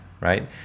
right